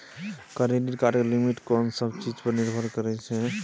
Credit card के limit कोन सब चीज पर निर्भर करै छै?